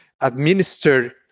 administer